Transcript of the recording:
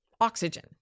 oxygen